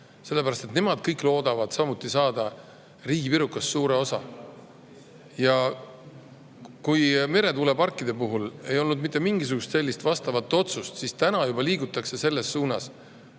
sellepärast et nemad kõik loodavad samuti saada riigipirukast suure osa. Ja kuigi meretuuleparkide puhul ei ole mitte mingisugust vastavat otsust, liigutakse selles suunas